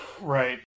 Right